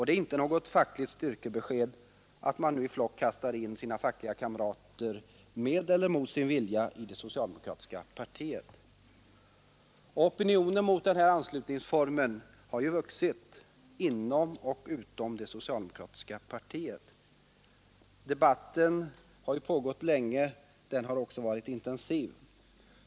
Det är inte något fackligt styrkebesked när man som nu i flock kastar in sina fackliga kamrater med eller mot deras vilja i det socialdemokratiska partiet. Opinionen mot den här anslutningsformen har vuxit inom och utom det socialdemokratiska partiet. Debatten har pågått länge och har varit intensiv.